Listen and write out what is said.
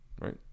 right